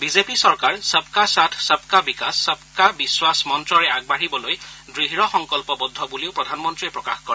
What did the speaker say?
BJP চৰকাৰ সবকা সাথ সবকা বিকাশ সবকা বিখ্বাস মন্ত্ৰৰে আগবাঢ়িবলৈ দ্য় সংকল্পবদ্ধ বুলিও প্ৰধানমন্ত্ৰীয়ে প্ৰকাশ কৰে